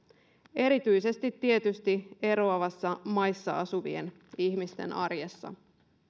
erityisesti tietysti eroavissa maissa asuvien ihmisten arjessa